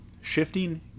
shifting